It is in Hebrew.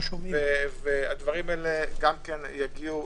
הדברים הללו יגיעו,